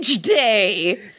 Day